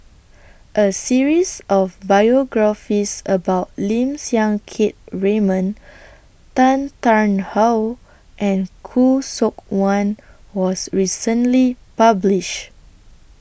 A series of biographies about Lim Siang Keat Raymond Tan Tarn How and Khoo Seok Wan was recently published